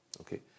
okay